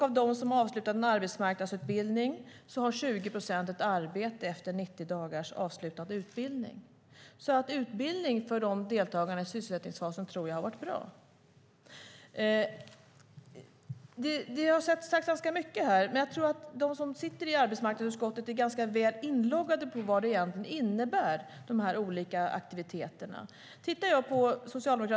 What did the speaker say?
Av dem som har avslutat en arbetsmarknadsutbildning har 20 procent ett arbete efter 90 dagars avslutad utbildning. Utbildning för deltagarna i sysselsättningsfasen tror jag alltså har varit bra. Det har sagts ganska mycket här. Jag tror att de som sitter i arbetsmarknadsutskottet är ganska väl insatta i vad de olika aktiviteterna egentligen innebär.